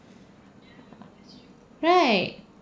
right